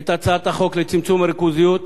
את הצעת החוק לצמצום הריכוזיות,